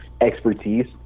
expertise